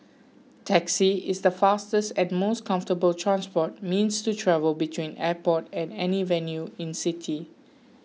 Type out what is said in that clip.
taxi is the fastest and most comfortable transport means to travel between airport and any venue in city